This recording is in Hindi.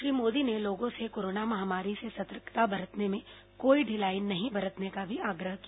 श्री मोदी ने लोगों से कोरोना महामारी से सतर्कता बरतने में कोई ढिलाई नहीं बरतने का भी आग्रह किया